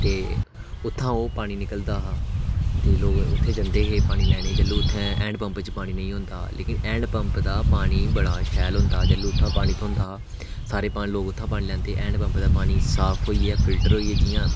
ते उत्थां दा ओह् पानी निकलदा हा ते लोक उत्थै जंदे हे पानी लैने गी जिसलै हैंड पम्प च पानी नेईं होंदा हा लेकिन हैंड पम्प दा पानी बड़ा शैल होंदा जिसलै उत्थां दा पानी होंदा हा सारे लोग उत्थां दा पानी लैंदे हे हैंड पम्प दा पानी साफ होईयै फिलटर होइयै